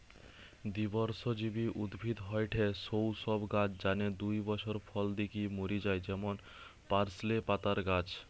দ্বিবর্ষজীবী উদ্ভিদ হয়ঠে সৌ সব গাছ যানে দুই বছর ফল দিকি মরি যায় যেমন পার্সলে পাতার গাছ